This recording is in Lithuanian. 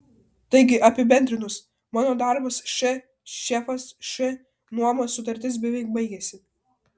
taigi apibendrinus mano darbas š šefas š nuomos sutartis beveik baigiasi